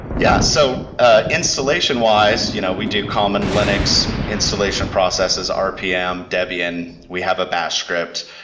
yeah. so ah installation-wise, you know we do common linux installation processes, rpm, debian. we have a bash script.